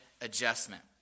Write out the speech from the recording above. adjustment